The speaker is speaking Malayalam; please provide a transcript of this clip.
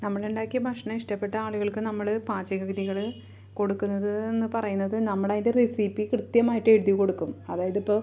നമ്മൾ ഉണ്ടാക്കിയ ഭക്ഷണം ഇഷ്ടപ്പെട്ട ആളുകൾക്ക് നമ്മൾ പാചക വിധികൾ കൊടുക്കുന്നതെന്ന് പറയുന്നത് നമ്മൾ അതിൻ്റെ റെസിപ്പി കൃത്യമായിട്ട് എഴുതി കൊടുക്കും അതായത് ഇപ്പോൾ